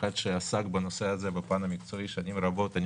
כמי שעסק בנושא הזה בפן המקצועי שנים רבות אני